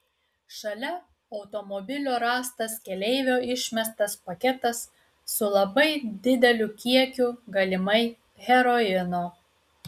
šalia automobilio rastas keleivio išmestas paketas su labai dideliu kiekiu galimai heroino